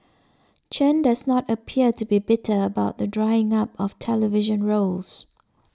Chen does not appear to be bitter about the drying up of television roles